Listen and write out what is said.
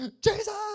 Jesus